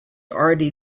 already